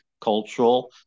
cultural